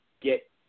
get